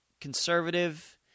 conservative